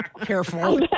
Careful